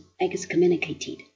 excommunicated